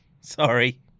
sorry